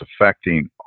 affecting